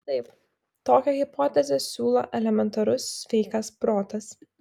taip tokią hipotezę siūlo elementarus sveikas protas